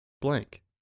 blank